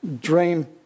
dream